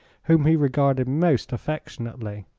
whom he regarded most affectionately